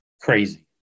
crazy